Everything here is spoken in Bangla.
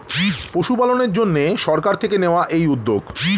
পশুপালনের জন্যে সরকার থেকে নেওয়া এই উদ্যোগ